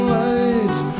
lights